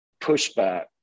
pushback